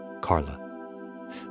Carla